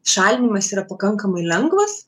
šalinimas yra pakankamai lengvas